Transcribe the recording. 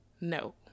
no